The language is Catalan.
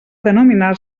denominar